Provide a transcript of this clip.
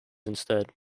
instead